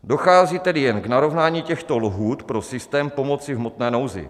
Dochází tedy jen k narovnání těchto lhůt pro systém pomoci v hmotné nouzi.